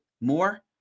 more